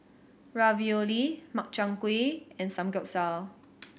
Ravioli Makchang Gui and Samgeyopsal